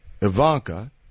Ivanka